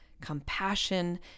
compassion